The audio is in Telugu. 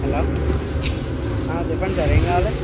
హలో చెప్పండి సార్ ఏమి కావాలి